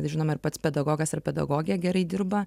žinoma ir pats pedagogas ar pedagogė gerai dirba